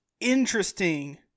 interesting